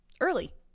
early